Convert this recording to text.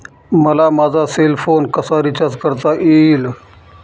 मला माझा cell phone कसा रिचार्ज करता येईल?